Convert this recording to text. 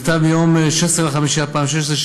במכתב מיום 16 במאי 2016,